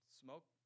smoke